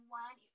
one